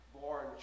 Born